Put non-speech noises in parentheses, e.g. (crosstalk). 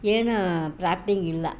ಏನು (unintelligible) ಇಲ್ಲ